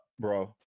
bro